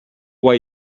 why